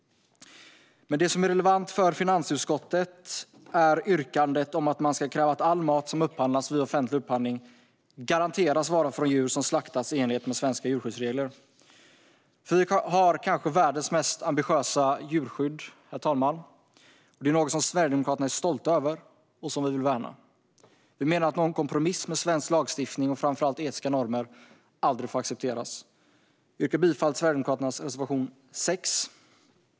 Det som är relevant för finansutskottet är yrkandet om att kräva att all mat som upphandlas vid offentlig upphandling garanteras vara från djur som slaktas i enlighet med svenska djurskyddsregler. Sverige har kanske världens mest ambitiösa djurskydd, herr talman, och det är något som vi sverigedemokrater är stolta över och vill värna. Vi menar att en kompromiss med svensk lagstiftning och framför allt etiska normer aldrig får accepteras. Jag yrkar bifall till Sverigedemokraternas reservation 6.